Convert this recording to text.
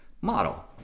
model